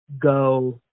go